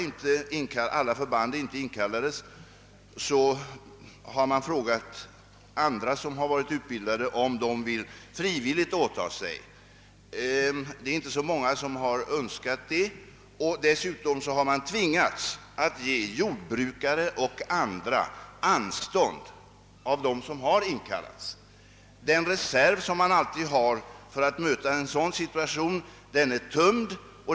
Eftersom alla förband inte inkallades frågade man andra som var utbildade, om de frivilligt ville åtaga sig denna uppgift. Det är inte så många som har önskat göra det. Dessutom har man tvingats ge jordbrukarna och andra anstånd. Den reserv, som man alltid har för att möta en sådan situation, är tömd.